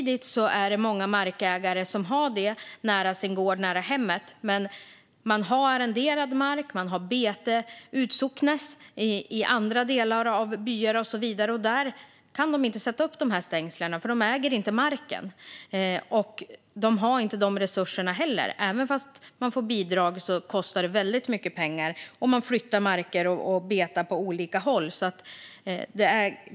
Det är många markägare som har marken nära sin gård och nära hemmet. Men många arrenderar också mark och har bete utsocknes, och där kan de inte sätta upp stängsel eftersom de inte äger marken där. De har inte heller dessa resurser. Även om de får bidrag kostar det väldigt mycket pengar med stängsel.